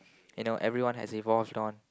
you know everyone has evolved on